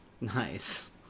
Nice